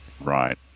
Right